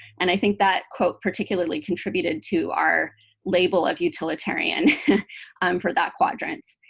and i think that quote particularly contributed to our label of utilitarian for that quadrant.